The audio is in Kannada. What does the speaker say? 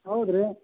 ಹೌದ್ ರೀ